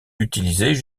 utilisés